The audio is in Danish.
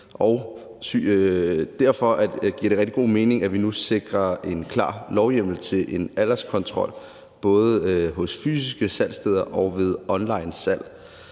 Derfor giver det rigtig god mening, at vi nu sikrer en klar lovhjemmel til en alderskontrol, både på fysiske salgssteder og ved onlinesalg.